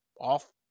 off